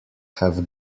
have